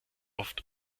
oft